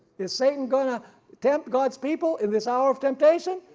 is satan gonna tempt god's people in this hour of temptation?